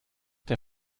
der